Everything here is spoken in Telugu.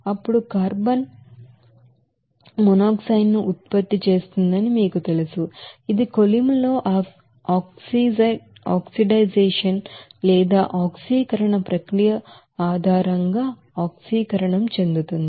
అప్పుడు కార్బన్ కార్బన్ మోనాక్సైడ్ ను ఉత్పత్తి చేస్తుందని మీకు తెలుసు ఇది కొలిమిలో ఆ ఆక్సిడేషన్ ప్రాసెస్ ఆధారంగా ఆక్సిడేషన్ చెందుతుంది